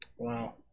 Wow